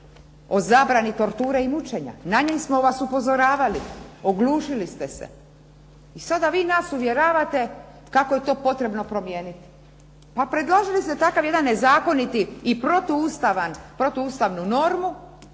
o zabrani torture i mućenja, na nju smo vas upozoravali, oglušili ste se. I sada vi nas uvjeravate kako je to potrebno promijeniti. Pa predložili ste takav jedan nezakoniti i protuustavan, protuustavnu normu,